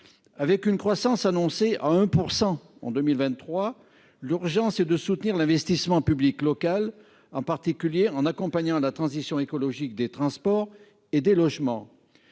Avec une croissance annoncée à 1 % en 2023, l'urgence est de soutenir l'investissement public local, en particulier en accompagnant la transition écologique des transports et des logements.